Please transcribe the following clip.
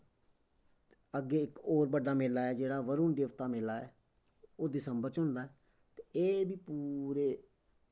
अग्गें इक होर बड्डा मेला ऐ जेह्ड़ा बरुण देवता मेला ऐ ओह् दिसंबर च होंदा ऐ ते एह् बी पूरे